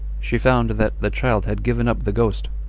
she found that the child had given up the ghost,